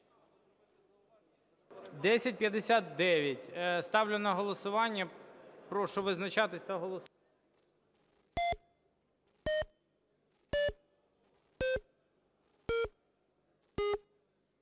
правку. Ставлю на голосування. Прошу визначатись та голосувати.